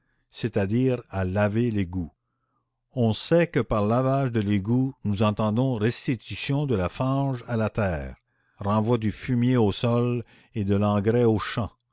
c'est-à-dire à laver l'égout on sait que par lavage de l'égout nous entendons restitution de la fange à la terre renvoi du fumier au sol et de l'engrais aux champs